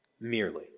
merely